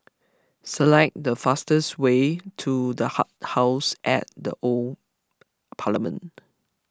select the fastest way to the House at the Old Parliament